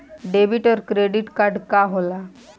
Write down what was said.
Debit और credit card का होला?